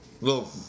little